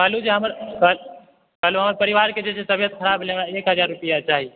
कहलहुॅं जे हमर कहलहुॅं हमर परिवार के जे छै से तबियत ख़राब यऽ एक हजार रुपैआ चाही